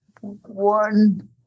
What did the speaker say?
one